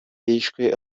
hishwe